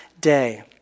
day